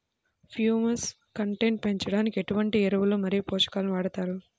Humus content పెంచడానికి ఎటువంటి ఎరువులు మరియు పోషకాలను వాడతారు?